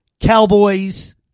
Cowboys